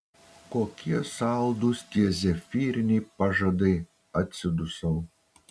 kokie saldūs tie zefyriniai pažadai atsidusau